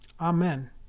Amen